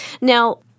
Now